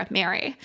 Mary